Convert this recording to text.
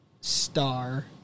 Star